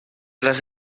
les